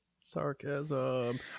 sarcasm